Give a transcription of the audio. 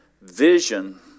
vision